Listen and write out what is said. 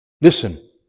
Listen